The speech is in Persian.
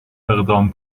اقدام